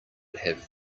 have